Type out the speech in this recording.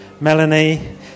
Melanie